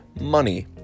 Money